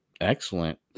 excellent